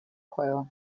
juego